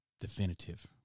definitive